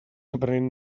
aprenent